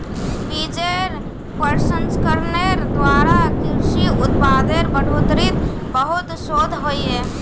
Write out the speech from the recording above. बिजेर प्रसंस्करनेर द्वारा कृषि उत्पादेर बढ़ोतरीत बहुत शोध होइए